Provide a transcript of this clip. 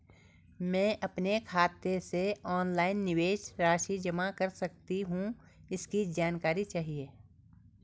मैं अपने खाते से ऑनलाइन निवेश राशि जमा कर सकती हूँ इसकी जानकारी चाहिए?